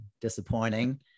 disappointing